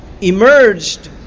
emerged